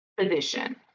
position